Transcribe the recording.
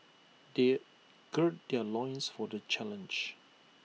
they gird their loins for the challenge